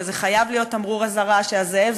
וזה חייב להיות תמרור אזהרה שה"זאב,